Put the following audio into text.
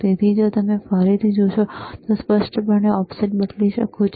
તેથી જો તમે ફરીથી જોશો તો તમે સ્પષ્ટપણે ઓફસેટ બદલી શકો છો